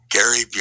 Gary